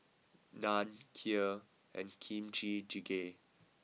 Naan Kheer and Kimchi Jjigae